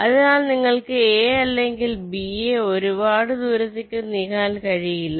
അതിനാൽ നിങ്ങൾക് A അല്ലെങ്കിൽ B യെ ഒരുപാട് ദൂരേക്ക് നീക്കാൻ ആകില്ല